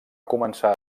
començar